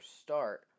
start